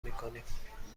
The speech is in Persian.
میکنیم